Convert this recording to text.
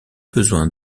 besoin